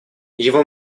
его